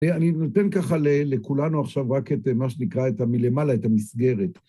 אני נותן ככה לכולנו עכשיו רק את מה שנקרא, את המלמעלה, את המסגרת.